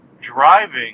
driving